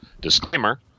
Disclaimer